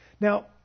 Now